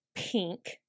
pink